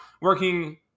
working